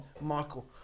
Michael